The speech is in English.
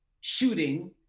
shooting